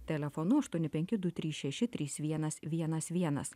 telefonu aštuoni penki du trys šeši trys vienas vienas vienas